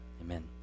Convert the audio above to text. amen